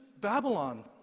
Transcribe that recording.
Babylon